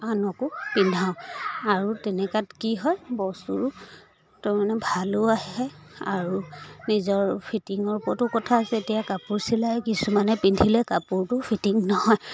আনকো পিন্ধাওঁ আৰু তেনেকুৱাত কি হয় বস্তুৰ তাৰমানে ভালো আহে আৰু নিজৰ ফিটিঙৰ ওপৰতো কথা আছে যেতিয়া কাপোৰ চিলাই কিছুমানে পিন্ধিলে কাপোৰটো ফিটিং নহয়